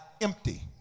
empty